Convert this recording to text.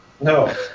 No